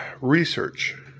research